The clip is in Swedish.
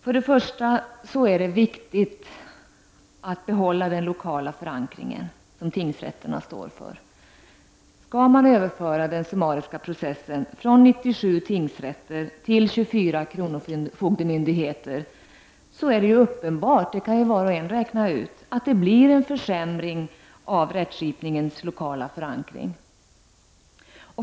För det första är det viktigt att behålla den lokala förankring som tingsrätterna står för. Skall man överföra den summariska processen från 97 tingsrätter till 24 kronofogdemyndigheter, är det uppenbart — det kan var och en räkna ut — att det blir en försämring av rättsskipningens lokala förankring.